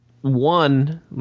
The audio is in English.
One